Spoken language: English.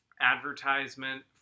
advertisement